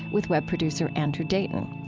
with web producer andrew dayton.